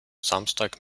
samstag